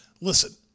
Listen